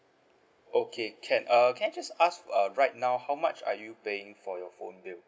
okay can uh can I just ask uh right now how much are you paying for your phone bill